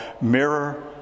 mirror